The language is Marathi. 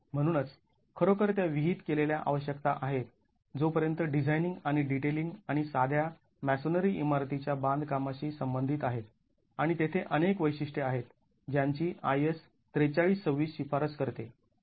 म्हणूनच खरोखर त्या विहित केलेल्या आवश्यकता आहेत जोपर्यंत डिझाईनिंग आणि डिटेलिंग आणि साध्या मॅसोनरी इमारतीच्या बांधकामाशी संबंधित आहेत आणि तेथे अनेक वैशिष्ट्ये आहेत ज्यांची IS ४३२६ शिफारस करते